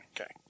Okay